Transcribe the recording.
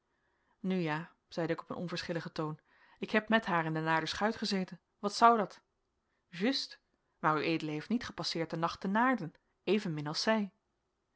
nu ja zeide ik op een onverschilligen toon ik heb met haar in de naarder schuit gezeten wat zou dat juste maar ued heeft niet gepasseerd den nacht te naarden evenmin als zij